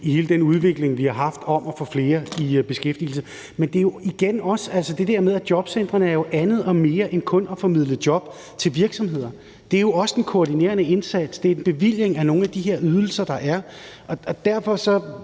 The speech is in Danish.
i hele den udvikling, vi har haft om at få flere i beskæftigelse. Men det er igen det med, at jobcentrene jo er andet og mere end kun at formidle jobs til virksomheder. Det er jo også en koordinerende indsats. Det er bevilling af nogle af de her ydelser, der er, og derfor kan